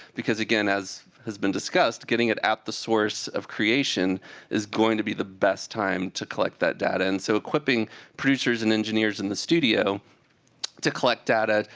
because again, as has been discussed, getting it at the source of creation is going to be the best time to collect that data. and so, equipping producers and engineers in the studio to collect data,